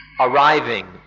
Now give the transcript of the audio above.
Arriving